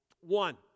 One